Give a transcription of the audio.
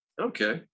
okay